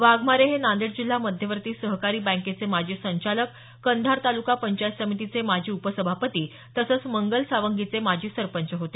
वाघमारे हे नांदेड जिल्हा मध्यवर्ती सहकारी बँकेचे माजी संचालक कंधार तालुका पंचायत समितीचे माजी उपसभापती तसंच मंगलसांगवीचे माजी सरपंच होते